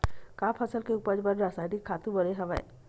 का फसल के उपज बर रासायनिक खातु बने हवय?